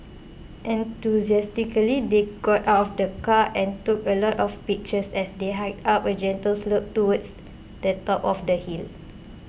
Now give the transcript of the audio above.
enthusiastically they got out of the car and took a lot of pictures as they hiked up a gentle slope towards the top of the hill